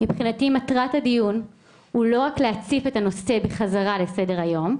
מבחינתי מטרת הדיון הוא לא רק להציף את הנושא בחזרה לסדר היום,